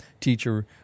Teacher